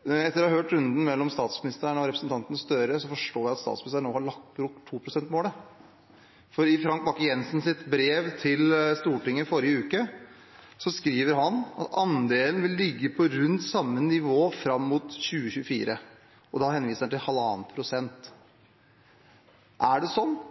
Etter å ha hørt runden mellom statsministeren og representanten Gahr Støre forstår jeg at statsministeren nå har lagt bort 2-prosentmålet. Frank Bakke-Jensen skriver i sitt brev til Stortinget i forrige uke at andelen vil ligge på rundt samme nivå fram mot 2024, og da henviser han til 1,5 pst. Er det slik